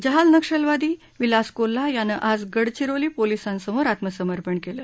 जहाल नक्षलवादी विलास कोल्हा यानं आज गडचिरोली पोलिसांसमोर आत्मसमर्पण केलं